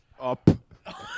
Up